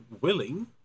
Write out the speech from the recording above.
willing